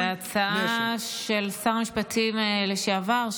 זו הצעה של שר המשפטים לשעבר,